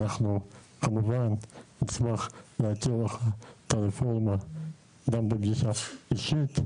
אנחנו כמובן נשמח להציג לך את הרפורמה גם בגישה אישית,